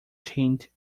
chained